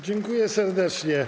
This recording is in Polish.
Dziękuję serdecznie.